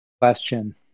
question